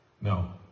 No